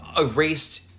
erased